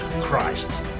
Christ